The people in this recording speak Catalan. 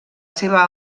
seva